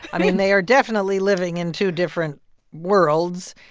i mean, they are definitely living in two different worlds.